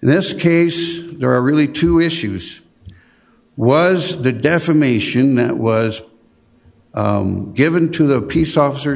in this case there are really two issues was the defamation that was given to the peace officer